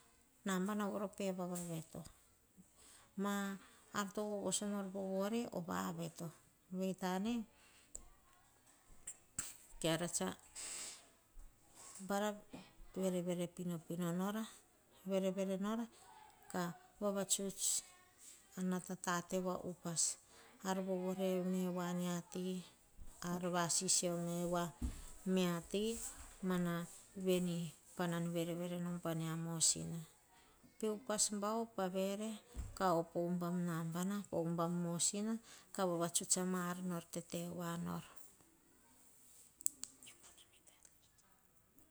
Nabana voro pevava vioto. Ar tovovoso nor o vavioto vei tana eara tsa kita verevere pinopino nora. Ka vavatuts ar vavore meo voa viati vasisio me amia ti veni panan verevere nom pamiamosina. Peupa bao pavere po hubam naba po hubam mosina ka vavatsuts a maar nor tete voa nor.